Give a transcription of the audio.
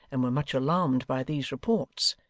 and were much alarmed by these reports,